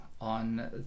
on